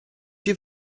your